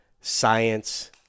science